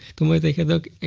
to whether